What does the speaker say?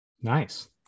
Nice